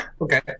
okay